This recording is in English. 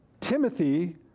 Timothy